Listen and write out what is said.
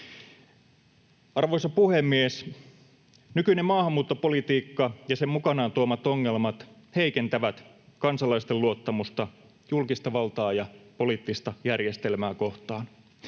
Arvoisa puhemies! Nykyinen maahanmuuttopolitiikka ja sen mukanaan tuomat ongelmat heikentävät kansalaisten luottamusta julkista valtaa ja poliittista järjestelmää kohtaan.